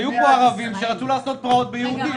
היו פה ערבים שרצו לעשות פרעות ביהודים.